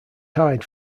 tied